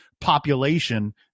population –